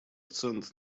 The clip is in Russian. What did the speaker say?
акцент